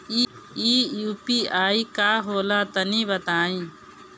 इ यू.पी.आई का होला तनि बताईं?